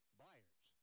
buyers